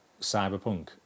Cyberpunk